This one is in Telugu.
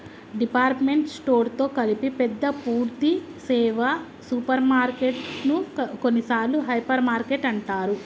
డిపార్ట్మెంట్ స్టోర్ తో కలిపి పెద్ద పూర్థి సేవ సూపర్ మార్కెటు ను కొన్నిసార్లు హైపర్ మార్కెట్ అంటారు